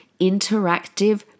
interactive